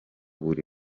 buri